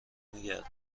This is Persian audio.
میگردم